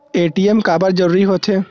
ATM काबर जरूरी हो थे?